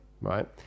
Right